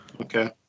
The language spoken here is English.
okay